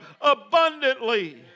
abundantly